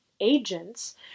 agents